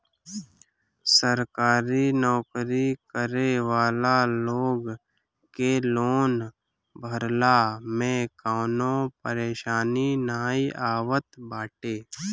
सरकारी नोकरी करे वाला लोग के लोन भरला में कवनो परेशानी नाइ आवत बाटे